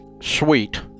sweet